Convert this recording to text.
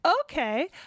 okay